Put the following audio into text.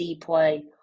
play